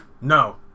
No